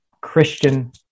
Christian